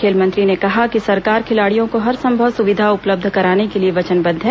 खेल मंत्री ने कहा कि सरकार खिलाड़ियों को हरसंभव सुविधा उपलब्ध कराने के लिए वचनबद्ध है